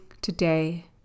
today